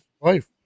life